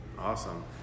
Awesome